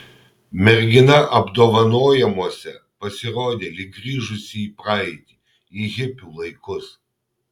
mergina apdovanojimuose pasirodė lyg grįžusi į praeitį į hipių laikus